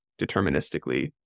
deterministically